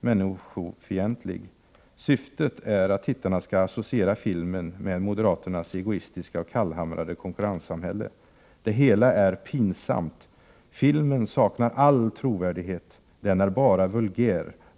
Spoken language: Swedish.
Människofientlig. Syftet är att tittarna skall associera filmen med moderaternas egoistiska och kallhamrade konkurrenssamhälle. Det hela är pinsamt. Filmen saknar all trovärdighet. Den är bara vulgär.